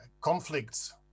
conflicts